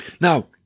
Now